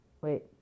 wait